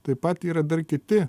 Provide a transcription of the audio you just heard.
taip pat yra dar kiti